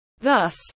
Thus